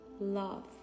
love